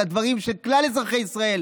על הדברים של כלל אזרחי ישראל,